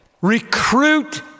recruit